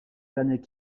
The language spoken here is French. dernier